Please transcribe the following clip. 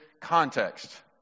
context